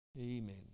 amen